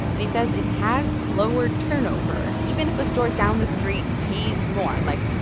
and he says it has lowered turnover. even if a store down the street pays more like,